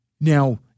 Now